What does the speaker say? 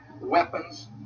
weapons